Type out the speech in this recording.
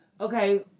Okay